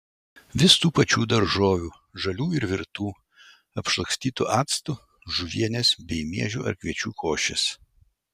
vis tų pačių daržovių žalių ir virtų apšlakstytų actu žuvienės bei miežių ar kviečių košės